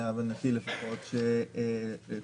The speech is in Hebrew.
להבנתי לפחות ולתפיסתי,